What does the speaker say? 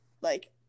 like-